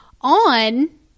on